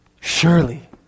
surely